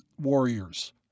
warriors